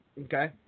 Okay